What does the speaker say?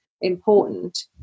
important